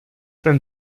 ten